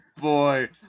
boy